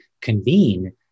convene